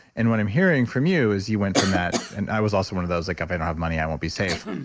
and what i'm hearing from you is you went from that and i was also one of those, like if i don't have money, i won't be safe.